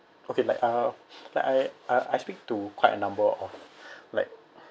okay like uh like I I I speak to quite a number of like